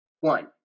One